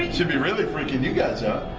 it should be really freaking you guys out.